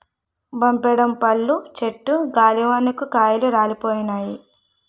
బప్పడం పళ్ళు చెట్టు గాలివానకు కాయలు రాలిపోయినాయి